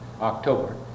October